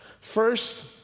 first